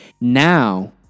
Now